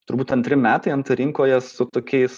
turbūt antri metai nt rinkoje su tokiais